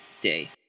day